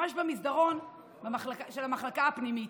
ממש במסדרון של המחלקה הפנימית.